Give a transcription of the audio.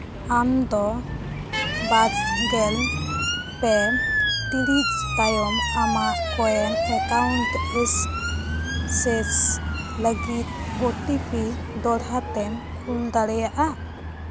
ᱟᱢᱫᱚ ᱵᱟᱨ ᱜᱮᱞ ᱯᱮ ᱴᱤᱲᱤᱡᱽ ᱛᱟᱭᱚᱢ ᱟᱢᱟᱜ ᱠᱚᱨᱮᱱᱴ ᱮᱠᱟᱣᱩᱱᱴ ᱮᱠᱥᱮᱥ ᱞᱟᱹᱜᱤᱫ ᱳᱴᱤᱯᱤ ᱫᱚᱦᱲᱟᱛᱮᱢ ᱠᱳᱞ ᱫᱟᱲᱮᱭᱟᱜᱼᱟ